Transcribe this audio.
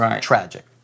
tragic